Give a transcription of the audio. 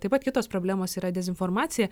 taip pat kitos problemos yra dezinformacija